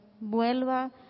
vuelva